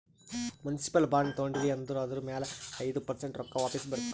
municipal bond ತೊಂಡಿರಿ ಅಂದುರ್ ಅದುರ್ ಮ್ಯಾಲ ಐಯ್ದ ಪರ್ಸೆಂಟ್ ರೊಕ್ಕಾ ವಾಪಿಸ್ ಬರ್ತಾವ್